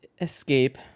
escape